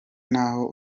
n’aho